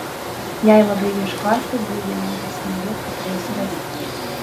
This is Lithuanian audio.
jei labai ieškosite dvi vienodas snaiges tikrai surasite